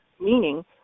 Meaning